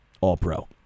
All-Pro